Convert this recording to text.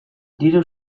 diru